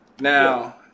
Now